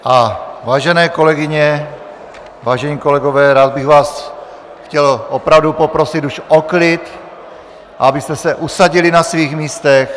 A vážené kolegyně, vážení kolegové, rád bych vás chtěl opravdu poprosit už o klid, abyste se usadili na svých místech.